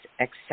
accept